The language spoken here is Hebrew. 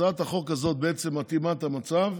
הצעת החוק הזאת מתאימה את המצב,